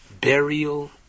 burial